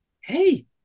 Hey